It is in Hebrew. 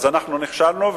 אז אנחנו נכשלנו,